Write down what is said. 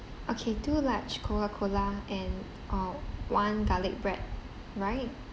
okay two large coca cola and uh one garlic bread right